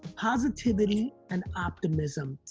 positivity and optimism.